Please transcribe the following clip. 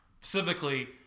Specifically